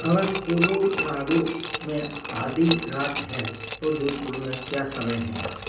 अगर कोलोराडो में आधी रात है तो जोधपुर में क्या समय है